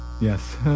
Yes